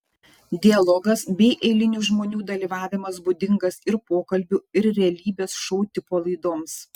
dialogas bei eilinių žmonių dalyvavimas būdingas ir pokalbių ir realybės šou tipo laidoms